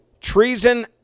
Treason